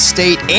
State